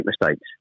mistakes